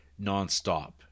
nonstop